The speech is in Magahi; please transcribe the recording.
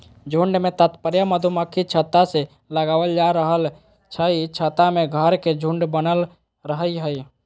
झुंड से तात्पर्य मधुमक्खी छत्ता से लगावल जा रहल हई छत्ता में घर के झुंड बनल रहई हई